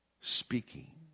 speaking